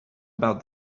about